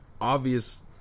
obvious